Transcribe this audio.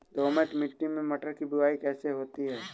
दोमट मिट्टी में मटर की बुवाई कैसे होती है?